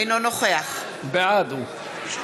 בעד אורלי לוי אבקסיס, בעד